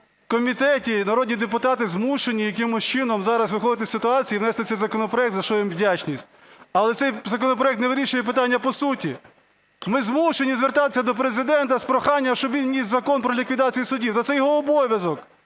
В комітеті і народні депутати змушені якимось чином зараз виходити із ситуації і внести цей законопроект, за що їм вдячність, але цей законопроект не вирішує питання по суті. Ми змушені звертатися до Президента з проханням, щоб він вніс Закон про ліквідацію судів. Так це його обов'язок.